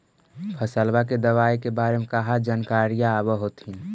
फसलबा के दबायें के बारे मे कहा जानकारीया आब होतीन?